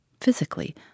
Physically